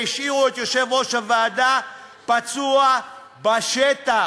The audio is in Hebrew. והשאירו את יושב-ראש הוועדה פצוע בשטח.